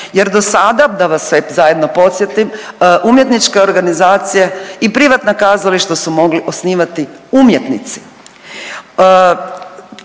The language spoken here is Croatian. jer do sada, da vas sve zajedno podsjetim, umjetničke organizacije i privatna kazališta su mogli osnivati umjetnici.